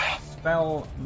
spell